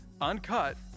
uncut